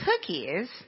cookies